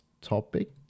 topic